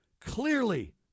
Clearly